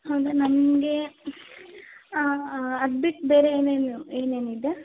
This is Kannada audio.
ಹೌದಾ ನಮಗೆ ಅದು ಬಿಟ್ಟು ಬೇರೆ ಏನೇನು ಏನೇನಿದೆ